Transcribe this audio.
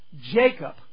Jacob